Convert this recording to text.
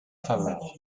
faveur